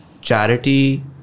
charity